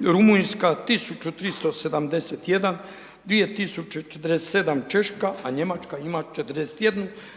Rumunjska 1371 2047 Češka, a Njemačka ima 41340